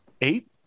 eight